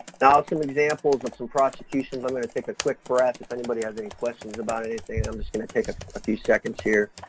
now some examples of some prosecutions, i'm going to take a quick breath if anybody has any questions about anything, i'm just going to take a a few seconds here